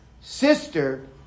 sister